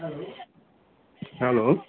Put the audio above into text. hello hello